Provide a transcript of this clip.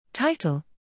Title